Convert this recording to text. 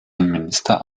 innenminister